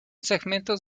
segmentos